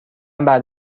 بعد